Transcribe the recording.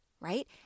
right